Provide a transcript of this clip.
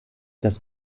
das